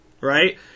right